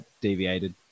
deviated